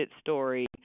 story